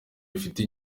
bifite